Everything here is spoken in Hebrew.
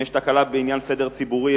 אם יש תקלה בעניין סדר ציבורי,